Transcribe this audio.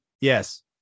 Yes